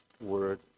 word